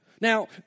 Now